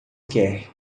quer